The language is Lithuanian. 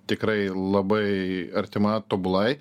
tikrai labai artima tobulai